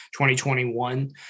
2021